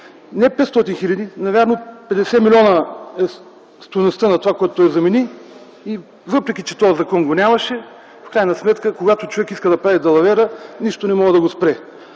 не 500 хиляди, навярно 50 милиона е стойността на това, което той замени, въпреки че този закон го нямаше. В крайна сметка, когато човек иска да прави далавера, нищо не може да го спре.